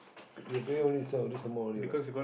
you pay only sell at this amount only what